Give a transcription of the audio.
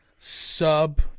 Sub